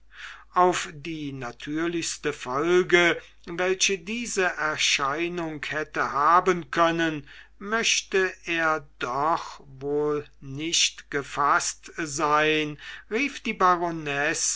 auf die natürlichste folge welche diese erscheinung hätte haben können möchte er doch wohl nicht gefaßt sein rief die